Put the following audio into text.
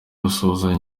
basuhuzanya